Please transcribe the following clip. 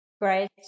Great